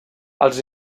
els